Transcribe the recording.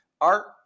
Art